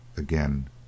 again